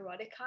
erotica